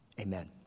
Amen